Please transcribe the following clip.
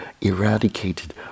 eradicated